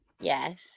Yes